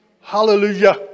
hallelujah